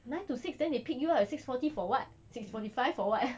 nine to six then they pick you up at six forty for what